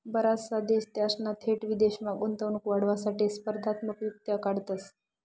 बराचसा देश त्यासना थेट विदेशमा गुंतवणूक वाढावासाठे स्पर्धात्मक युक्त्या काढतंस